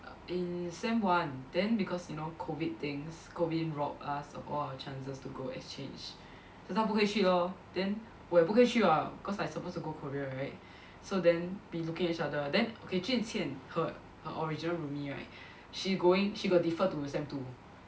in sem one then because you know COVID things COVID rob us of our chances to go exchange so 她不可以去 lor then 我也不可以去了 cause I supposed to go Korea right so then we looking at each other then okay Quan Qian her her original roomie right she going she got deferred to sem two